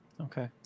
Okay